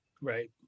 right